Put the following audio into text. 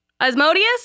Asmodeus